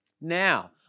Now